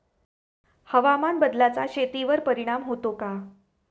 हवामान बदलाचा शेतीवर परिणाम होतो का?